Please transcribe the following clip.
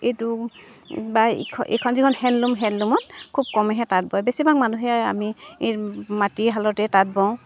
এইটো বা এইখন যিখন হেণ্ডলুম হেণ্ডলুমত খুব কমেহে তাঁত বয় বেছিভাগ মানুহে আমি মাটিৰ শালতে তাঁত বওঁ